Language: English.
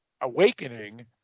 awakening